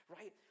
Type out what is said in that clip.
Right